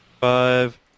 five